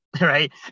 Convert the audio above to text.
right